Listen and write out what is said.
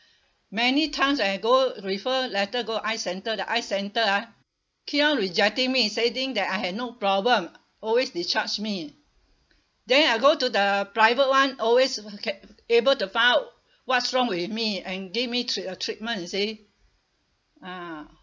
many times I go refer letter go eye centre the eye centre ah keep on rejecting me saying that I had no problem always discharge me then I go to the private [one] always ca~ able to find out what's wrong with me and give me trea~ uh treatment you see ah